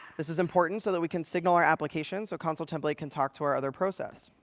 this is important so that we can signal our applications so consul template can talk to our other process.